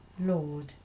Lord